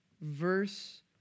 verse